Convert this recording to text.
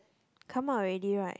come out already right